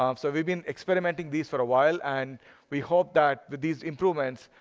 um so we've been experimenting these for a while. and we hope that with these improvements,